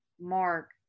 Mark